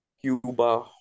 Cuba